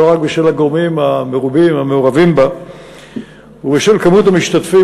לא רק בשל הגורמים המרובים המעורבים בה ובשל כמות המשתתפים,